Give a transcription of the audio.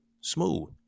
Smooth